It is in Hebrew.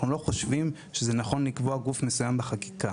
אנחנו לא חושבים שזה נכון לקבוע גוף מסוים בחקיקה.